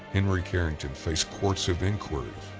henry carrington faced courts of inquiries,